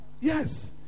Yes